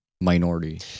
minority